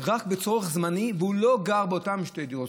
רק זמנית והוא לא גר באותן שתי דירות,